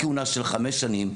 קצובת כהונה של חמש שנים,